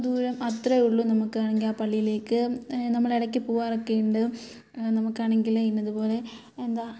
ദൂരം അത്രയേ ഉള്ളൂ നമുക്കാണെങ്കിൽ ആ പള്ളിയിലേക്ക് നമ്മളിടയ്ക്ക് പോവാറൊക്കെയുണ്ട് നമുക്കാണെങ്കിൽ ഇന്നത് പോലെ എന്താണ്